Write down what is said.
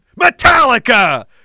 Metallica